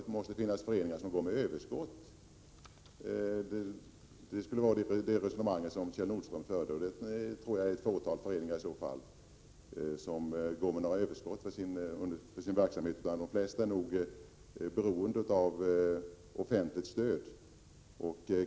Det resonemang som Kjell Nordström då för måste innebära att det skulle finnas föreningar som går med överskott. Dessa föreningar är säkerligen få. De flesta är nog beroende av offentligt stöd.